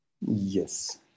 Yes